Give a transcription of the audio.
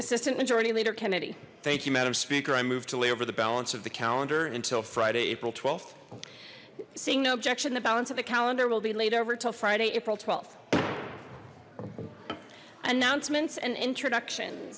assistant majority leader kennedy thank you madam speaker i moved to lay over the balance of the calendar until friday april th seeing no objection the balance of the calendar will be laid over til friday april th announcements and introduction